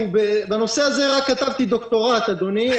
בנושא הזה רק כתבתי דוקטורט, אדוני.